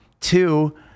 Two